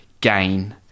gain